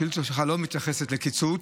השאילתה שלך לא מתייחסת לקיצוץ.